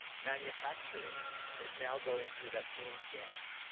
manufacturing is now going through that same scaling.